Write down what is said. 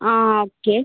ആ ഓക്കെ